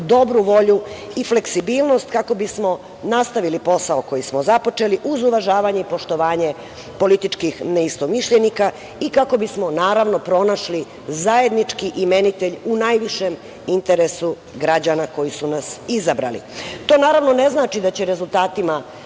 dobru volju i fleksibilnost kako bismo nastavili posao koji smo započeli uz uvažavanje i poštovanje političkih neistomišljenika i kako bismo naravno pronašli zajednički imenitelj u najvišem interesu građana koji su nas izabrali. To naravno ne znači da će rezultatima